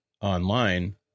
online